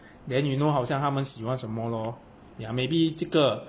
then you know 好像她们喜欢什么 lor ya maybe 这个